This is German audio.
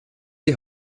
die